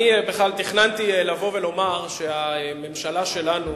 אני בכלל תכננתי לבוא ולומר שהממשלה שלנו